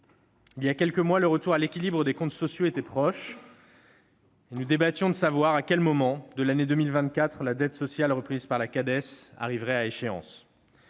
Il y a quelques mois, le retour à l'équilibre des comptes sociaux était proche, et nous débattions pour savoir à quel moment de l'année 2024 la dette sociale reprise par la Cades arriverait à échéance.